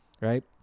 right